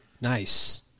Nice